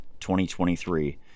2023